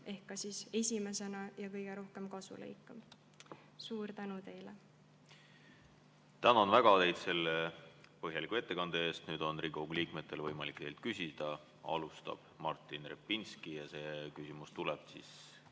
ehk esimesena ka kõige rohkem kasu lõikab. Suur tänu teile! Tänan teid väga selle põhjaliku ettekande eest! Nüüd on Riigikogu liikmetel võimalik teilt küsida. Alustab Martin Repinski ja see küsimus tuleb veebi